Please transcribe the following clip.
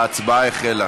ההצבעה החלה.